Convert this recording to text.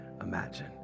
imagine